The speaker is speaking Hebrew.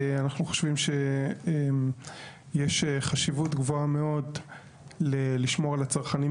אנחנו חושבים שיש חשיבות גבוהה מאוד לשמור על הצרכנים